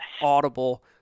audible